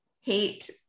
hate